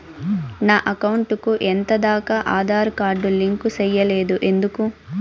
నా అకౌంట్ కు ఎంత దాకా ఆధార్ కార్డు లింకు సేయలేదు ఎందుకు